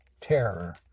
terror